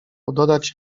dodać